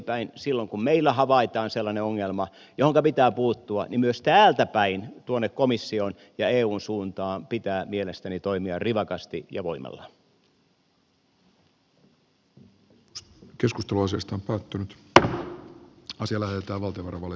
silloin kun meillä havaitaan sellainen ongelma johonka pitää puuttua niin myös täältäpäin tuonne komission ja eun suuntaan pitää mielestäni toimia rivakasti ja voimalla